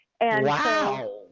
Wow